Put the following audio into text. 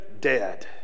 dead